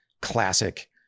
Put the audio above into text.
classic